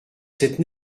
cette